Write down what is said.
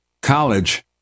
college